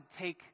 take